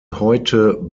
heute